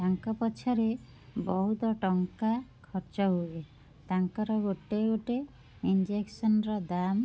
ତାଙ୍କ ପଛରେ ବହୁତ ଟଙ୍କା ଖର୍ଚ୍ଚ ହୁଏ ତାଙ୍କର ଗୋଟେ ଗୋଟେ ଇଞ୍ଜେକ୍ସନ୍ ର ଦାମ୍